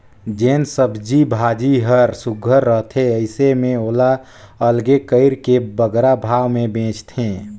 जेन सब्जी भाजी हर सुग्घर रहथे अइसे में ओला अलगे कइर के बगरा भाव में बेंचथें